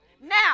Now